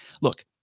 look